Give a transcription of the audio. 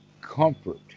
Comfort